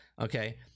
okay